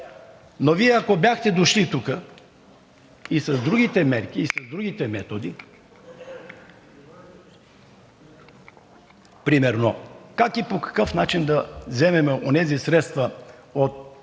Но ако бяхте дошли тук с другите мерки, с другите методи – например как и по какъв начин да вземем от онези средства от